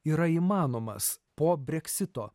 yra įmanomas po breksito